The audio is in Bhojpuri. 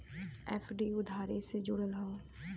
एफ.डी उधारी से जुड़ल हौ